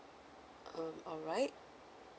um alright